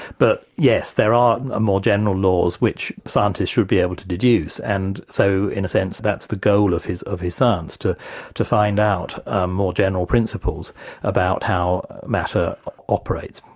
but yes, there are ah more general laws which scientists should be able to deduce, and so in a sense that's the goal of his of his science, to to find out ah more general principles about how matter operates.